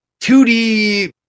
2D